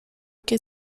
que